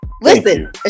Listen